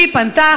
היא פנתה,